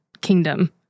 kingdom